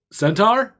centaur